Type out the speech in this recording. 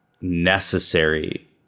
necessary